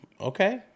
Okay